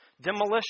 demolition